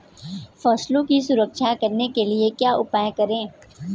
फसलों की सुरक्षा करने के लिए क्या उपाय करें?